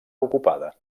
ocupada